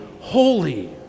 holy